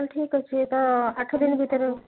ତା'ହେଲେ ଠିକ୍ ଅଛି ତ ଆଠଦିନ ଭିତରେ